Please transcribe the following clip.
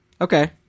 okay